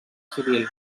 civil